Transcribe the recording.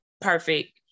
perfect